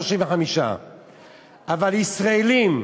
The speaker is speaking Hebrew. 135. אבל ישראלים,